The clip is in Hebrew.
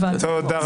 תודה רבה.